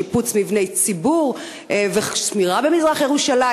שיפוץ מבני ציבור ושמירה במזרח-ירושלים.